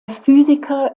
physiker